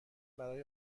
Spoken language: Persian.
برای